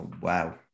wow